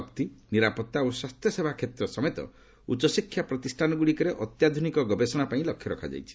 ଶକ୍ତି ନିରାପତ୍ତା ଓ ସ୍ୱାସ୍ଥ୍ୟସେବା କ୍ଷେତ୍ର ସମେତ ଉଚ୍ଚଶିକ୍ଷା ପ୍ରତିଷ୍ଠାନଗୁଡ଼ିକରେ ଅତ୍ୟାଧୁନିକ ଗବେଷଣାପାଇଁ ଲକ୍ଷ୍ୟ ରଖାଯାଇଛି